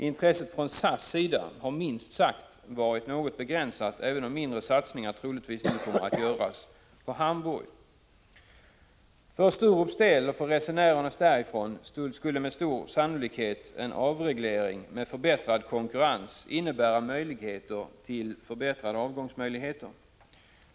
Intresset från SAS sida har varit minst sagt begränsat, även om mindre satsningar troligtvis kommer att göras på förbindelserna med Hamburg. För resenärerna från Sturup skulle med stor sannolikhet en avreglering och en förbättrad konkurrens innebära ökade möjligheter till tätare avgångar.